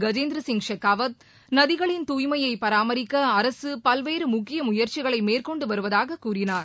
கஜேந்திர சிங் ஷெகாவத் நதிகளின் தூய்மையை பராமரிக்க அரசு பல்வேறு முக்கிய முயற்சிகளை மேற்கொண்டு வருவதாக கூறினார்